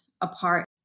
apart